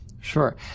Sure